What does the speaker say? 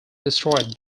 destroyed